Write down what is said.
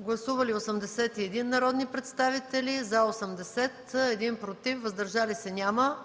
Гласували 81 народни представители: за 80, против 1, въздържали се няма.